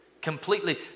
Completely